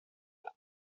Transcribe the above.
work